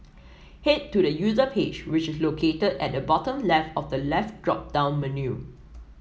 head to the user page which is located at the bottom left of the left drop down menu